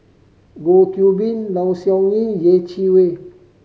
Goh Qiu Bin Low Siew Nghee Yeh Chi Wei